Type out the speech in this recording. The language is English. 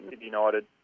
United